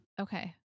Okay